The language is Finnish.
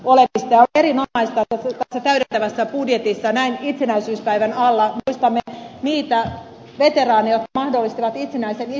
on erinomaista että tässä täydentävässä budjetissa näin itsenäisyyspäivän alla muistamme niitä veteraaneja jotka mahdollistivat itsenäisen isänmaan